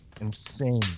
insane